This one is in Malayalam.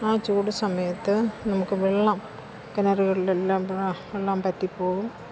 ആ ചൂട് സമയത്ത് നമുക്ക് വെള്ളം കിണറുകളിലെല്ലാം വെള്ളം വറ്റിപ്പോകും